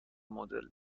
مدل